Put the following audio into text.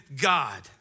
God